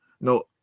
no